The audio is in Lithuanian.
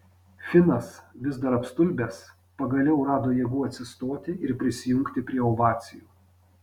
finas vis dar apstulbęs pagaliau rado jėgų atsistoti ir prisijungti prie ovacijų